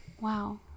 Wow